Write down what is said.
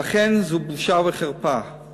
אכן זו בושה וחרפה.